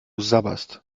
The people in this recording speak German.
sabberst